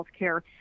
healthcare